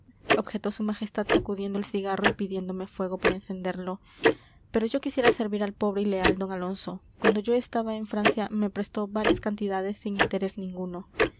objetó su majestad sacudiendo el cigarro y pidiéndome fuego para encenderlo pero yo quisiera servir al pobre y leal d alonso cuando yo estaba en francia me prestó varias cantidades sin interés ninguno